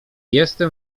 jestem